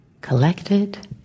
Collected